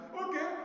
okay